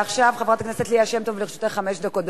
חברת הכנסת ליה שמטוב, לרשותך חמש דקות.